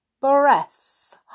breath